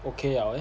okay liao leh